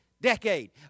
decade